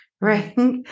right